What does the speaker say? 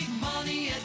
money